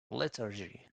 lethargy